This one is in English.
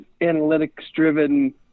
analytics-driven